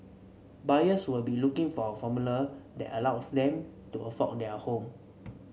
buyers will be looking for a formula that allows them to afford their home